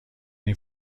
این